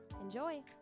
Enjoy